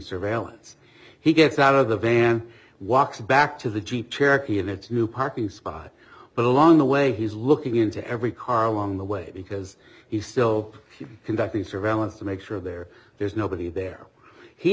surveillance he gets out of the van walks back to the jeep cherokee in its new parking spot but along the way he's looking into every car along the way because he's still conducting surveillance to make sure they're there's nobody there he